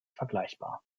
vergleichbar